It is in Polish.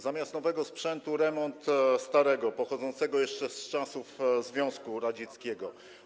Zamiast nowego sprzętu - remont starego, pochodzącego jeszcze z czasów Związku Radzieckiego.